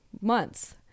months